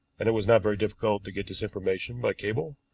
and it was not very difficult to get this information by cable.